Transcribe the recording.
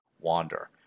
wander